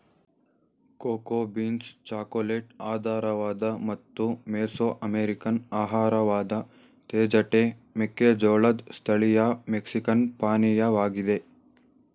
cocoa beans chocolate ಆಧಾರವಾಗಿದೆ ಮತ್ತು Mesoamerican ಆಹಾರವಾದ ತೇಜಟೆ ಮೆಕ್ಕೆಜೋಳದ್ ಸ್ಥಳೀಯ ಮೆಕ್ಸಿಕನ್ ಪಾನೀಯವಾಗಿದೆ